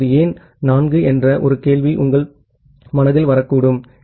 இப்போது ஏன் 4 என்று ஒரு கேள்வி உங்கள் மனதில் வரக்கூடும்